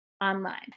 online